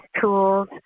tools